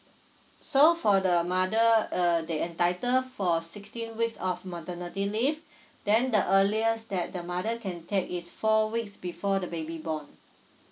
so for the mother uh they entitle for sixteen weeks of maternity leave then the earliest that the mother can take is four weeks before the baby born